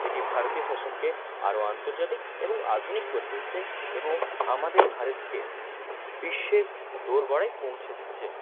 এটি ভারতীয় ফ্যাশনকে আরো আন্তর্জাতিক এবং আধুনিক করে তুলছে এবং আমাদের ভারতকে বিশ্বের দোরগোড়ায় পৌঁছে দিচ্ছে